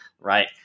right